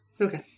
Okay